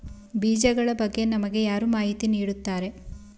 ಬೀಜಗಳ ಬಗ್ಗೆ ನಮಗೆ ಯಾರು ಮಾಹಿತಿ ನೀಡುತ್ತಾರೆ?